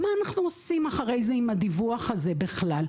מה אנחנו עושים אחרי זה עם הדיווח הזה בכלל?